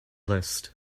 list